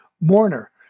mourner